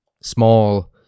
small